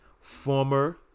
former